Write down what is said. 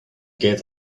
get